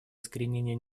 искоренения